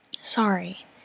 sorry